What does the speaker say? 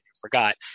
forgot